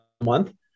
month